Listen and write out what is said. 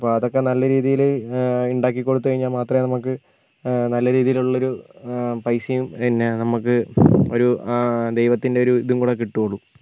അപ്പോൾ അതൊക്കെ നല്ല രീതിയിൽ ഉണ്ടാക്കി കൊടുത്ത് കഴിഞ്ഞാൽ മാത്രമേ നമുക്ക് നല്ല രീതിയിലുള്ള ഒരു പൈസയും പിന്നെ നമുക്ക് ഒരു ദൈവത്തിൻ്റെ ഒരു ഇതും കൂടെ കിട്ടുള്ളൂ